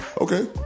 Okay